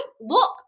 Look